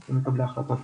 בתור מקבלי ההחלטות.